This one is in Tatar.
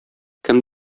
кем